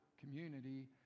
community